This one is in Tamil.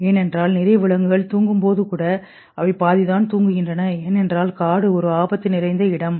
ஏனென்றால் நிறைய விலங்குகள் தூங்கும்போது கூட அவை பாதி தான் தூங்குகின்றன ஏனென்றால் காடு ஒரு ஆபத்து நிறைந்த இடம்